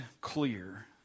clear